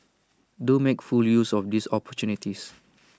do make full use of these opportunities